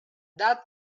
that